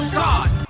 god